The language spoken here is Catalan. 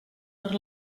per